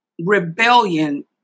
rebellion